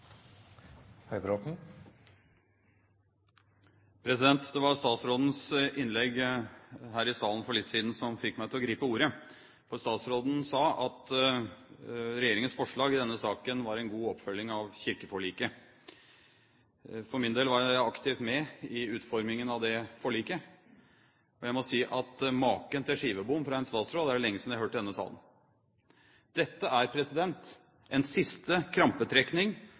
Det var statsrådens innlegg her i salen for litt siden som fikk meg til å gripe ordet. Statsråden sa at regjeringens forslag i denne saken var en god oppfølging av kirkeforliket. For min del var jeg aktivt med i utformingen av det forliket, og jeg må si at maken til skivebom fra en statsråd er det lenge siden jeg har hørt i denne salen. Dette er en siste krampetrekning